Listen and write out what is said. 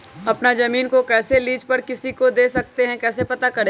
अपना जमीन को कैसे लीज पर किसी को दे सकते है कैसे पता करें?